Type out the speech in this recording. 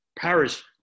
Paris